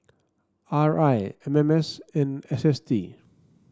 R I M M S and S S T